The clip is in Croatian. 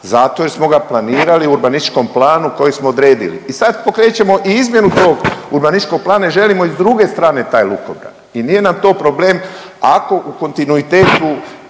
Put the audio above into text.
Zato jer smo ga planirali u urbanističkom planu koji smo odredili i sad pokrećemo i izmjenu tog urbanističkog plana jer želimo i s druge strane taj lukobran i nije nam to problem ako u kontinuitetu